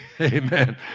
Amen